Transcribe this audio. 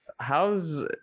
How's